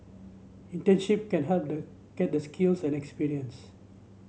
internship can help them get the skills and experience